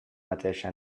mateixa